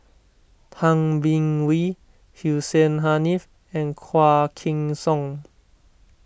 Tay Bin Wee Hussein Haniff and Quah Kim Song